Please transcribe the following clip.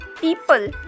People